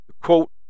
quote